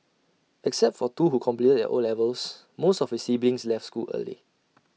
except for two who completed their O levels most of his siblings left school early